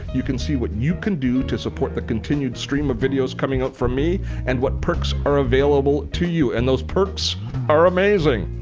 you can see what you can do to support the continued stream of videos coming out from me and what perks are available to you. and those perks are amazing.